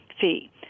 fee